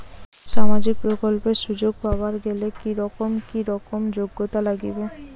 সামাজিক প্রকল্পের সুযোগ পাবার গেলে কি রকম কি রকম যোগ্যতা লাগিবে?